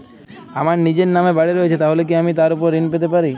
আমার নিজের নামে বাড়ী রয়েছে তাহলে কি আমি তার ওপর ঋণ পেতে পারি?